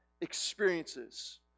experiences